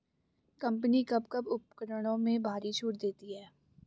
Company कब कब उपकरणों में भारी छूट देती हैं?